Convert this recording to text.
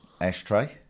ashtray